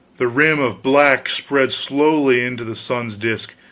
the rim of black spread slowly into the sun's disk,